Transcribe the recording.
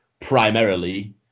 primarily